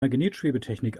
magnetschwebetechnik